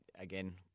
again